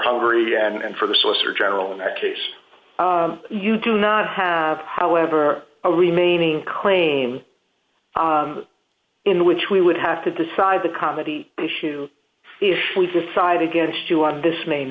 hungary and for the solicitor general in our case you do not have however a remaining claim in which we would have to decide the comedy issue if we decide against you on this main